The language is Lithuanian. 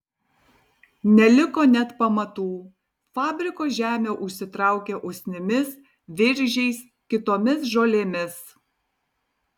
neliko net pamatų fabriko žemė užsitraukė usnimis viržiais kitomis žolėmis